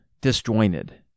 disjointed